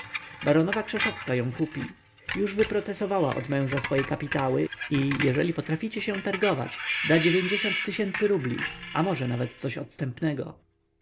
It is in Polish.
baronowa krzeszowska ją kupi już wyprocesowała od męża swoje kapitały i jeżeli potraficie się targować dać dziewięćdziesiąt tysięcy rubli a nawet może coś odstępnego